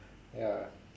ya